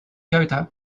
dakota